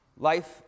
Life